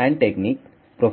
hello